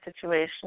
situation